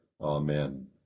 Amen